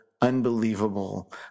unbelievable